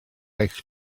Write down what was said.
eich